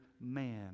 man